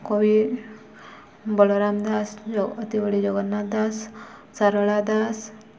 କବି ବଳରାମ ଦାସ ଅତିିବଡ଼ି ଜଗନ୍ନାଥ ଦାସ ସାରଳା ଦାସ